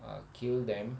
uh kill them